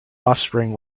offspring